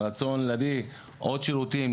הרצון להביא עוד שירותים